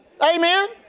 Amen